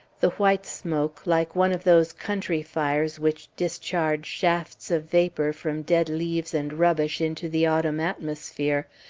the white smoke, like one of those country fires which discharge shafts of vapour from dead leaves and rubbish into the autumn atmosphere,